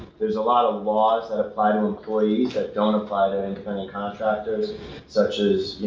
there's a lot of laws that apply to employees that don't apply to independent contractors such as,